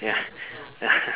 ya